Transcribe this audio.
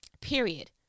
Period